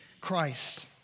Christ